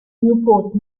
newport